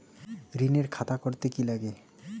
ঋণের খাতা করতে কি লাগে?